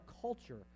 culture